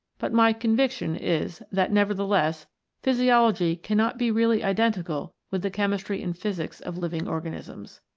but my conviction is that nevertheless physiology cannot be really identical with the chemistry and physics of living organisms.